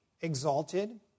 exalted